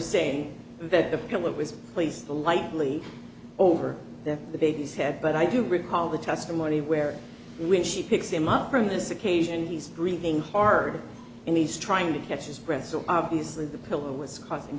it was please the lightly over the baby's head but i do recall the testimony where when she picks him up from this occasion he's breathing hard and he's trying to catch his breath so obviously the pillow was causing